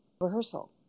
rehearsal